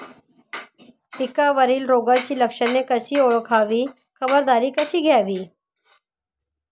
पिकावरील रोगाची लक्षणे कशी ओळखावी, खबरदारी कशी घ्यावी?